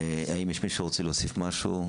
האם יש מישהו שרוצה להוסיף משהו?